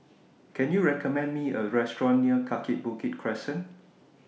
Can YOU recommend Me A Restaurant near Kaki Bukit Crescent